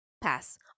pass